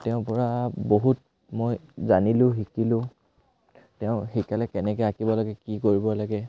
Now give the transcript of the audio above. তেওঁৰ পৰা বহুত মই জানিলোঁ শিকিলোঁ তেওঁ শিকালে কেনেকৈ আঁকিব লাগে কি কৰিব লাগে